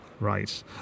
Right